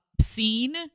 scene